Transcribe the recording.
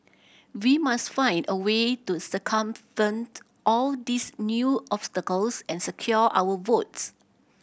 we must find a way to circumvent all these new obstacles and secure our votes